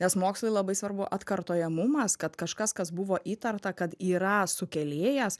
nes mokslui labai svarbu atkartojamumas kad kažkas kas buvo įtarta kad yra sukėlėjas